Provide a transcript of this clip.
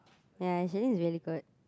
ya Shilin is very good